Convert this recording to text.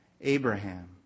Abraham